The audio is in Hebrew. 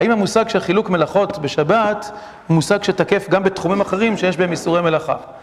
האם המושג של חילוק מלאכות בשבת הוא מושג שתקף גם בתחומים אחרים שיש בהם איסורי מלאכה?